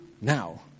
now